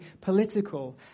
political